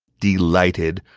delighted,